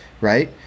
right